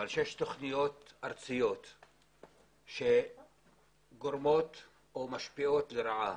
אבל כשיש תוכניות ארציות שגורמות או משפיעות לרעה